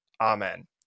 Amen